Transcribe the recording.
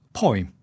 poem